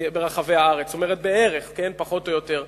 ברחבי הארץ, פחות או יותר.